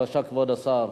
כבוד השר,